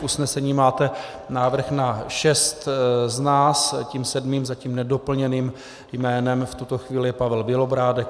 V usnesení máte návrh na šest z nás, tím sedmým, zatím nedoplněným jménem v tuto chvíli je Pavel Bělobrádek.